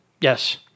Yes